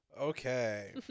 Okay